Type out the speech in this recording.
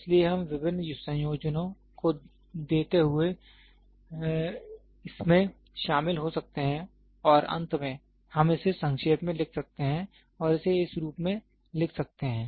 इसलिए हम विभिन्न संयोजनों को देते हुए इसमें शामिल हो सकते हैं और अंत में हम इसे संक्षेप में लिख सकते हैं और इसे इस रूप में लिख सकते हैं